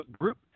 group